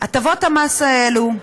הטבות המס האלו,